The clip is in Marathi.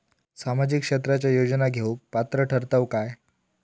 सामाजिक क्षेत्राच्या योजना घेवुक पात्र ठरतव काय?